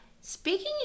speaking